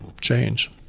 change